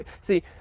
see